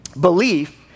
belief